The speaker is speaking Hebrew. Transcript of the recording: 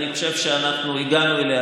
אני חושב שאנחנו הגענו אליה,